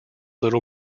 little